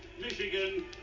Michigan